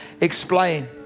explain